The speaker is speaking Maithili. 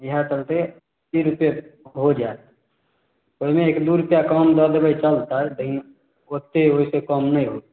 इहए चलते अस्सी रुपए हो जाएत ओइमे एक दू रुपआ कम दऽ देबय चलतय तऽ ओत्ते ओयसे कम नय होत